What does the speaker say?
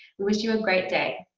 we wish you a great day.